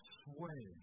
sway